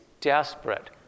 desperate